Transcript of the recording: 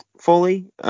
fully